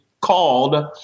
called